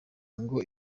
ngo